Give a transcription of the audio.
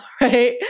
right